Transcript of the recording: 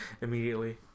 immediately